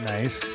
Nice